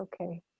okay